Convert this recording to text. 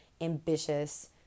ambitious